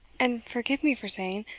and, forgive me for saying,